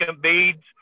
beads